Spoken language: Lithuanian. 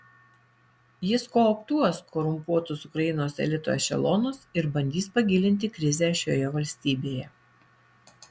jis kooptuos korumpuotus ukrainos elito ešelonus ir bandys pagilinti krizę šioje valstybėje